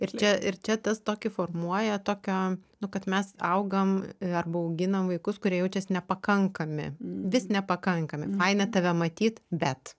ir čia ir čia tas tokį formuoja tokio nu kad mes augam arba auginam vaikus kurie jaučias nepakankami vis nepakankami faina tave matyt bet